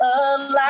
alive